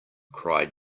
cried